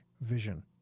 vision